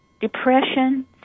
depression